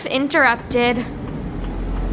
interrupted